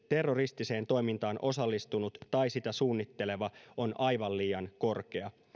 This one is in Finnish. terroristiseen toimintaan osallistunut tai sitä suunnitteleva on aivan liian korkea